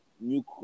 new